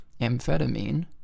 amphetamine